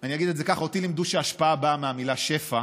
אני אגיד את זה כך: אותי לימדו שהשפעה באה מהמילה "שפע",